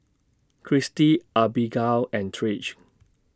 Christi Abbigail and Trish